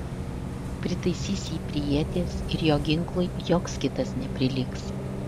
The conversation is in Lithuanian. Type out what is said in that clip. pritaisys jį prie ieties ir jo ginklui joks kitas neprilygs